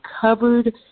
covered